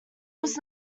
was